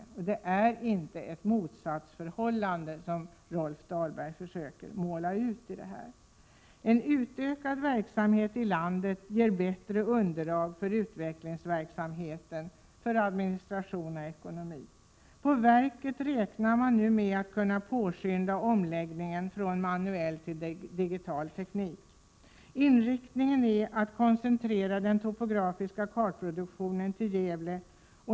Det råder inget motsatsförhållande, vilket Rolf Dahlberg försökte måla upp. En utökad verksamhet i landet ger bättre underlag för utvecklingsverksamhet, administration och ekonomi. På verket räknar man nu med att kunna påskynda omläggningen från manuell till digital teknik. Inriktningen är att koncentrera den topografiska kartproduktionen till Gävle.